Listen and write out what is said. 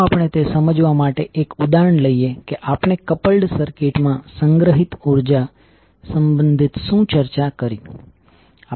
ચાલો આપણે તે સમજવા માટે એક ઉદાહરણ લઈએ કે આપણે કપલ્ડ સર્કિટ માં સંગ્રહિત ઉર્જા સંબંધિત શું ચર્ચા કરી